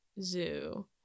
Zoo